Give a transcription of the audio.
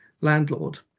landlord